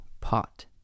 pot